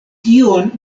kion